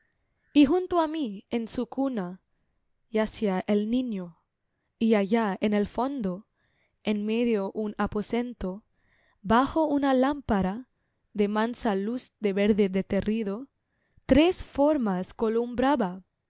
y junto á mí en su cuna yacía el niño y allá en el fondo en medio un aposento bajo una lámpara de mansa luz de verde derretido tres formas columbraba